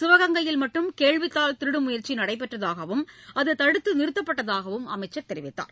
சிவகங்கையில் மட்டும் கேள்வித்தாள் திருடும் முயற்சி நடைபெற்றதாகவும் அதனை தடுத்து நிறுத்திவிட்டதாகவும் அமைச்சர் கூறினார்